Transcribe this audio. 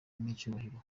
n’icyubahiro